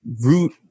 Root